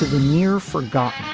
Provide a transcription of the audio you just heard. ah near forgot